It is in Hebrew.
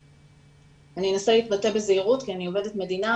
אני אנסה להתבטא בזהירות כי אני עובדת מדינה,